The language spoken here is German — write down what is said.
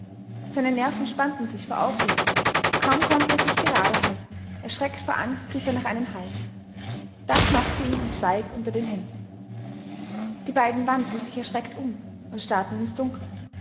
seine nerven spannten sich vor aufregung kaum konnte er sich gerade halten erschreckt vor angst griff er nach einem halt da knackte ihm ein zweig unter den händen die beiden wandten sich erschreckt um und starrten ins dunkel